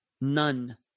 None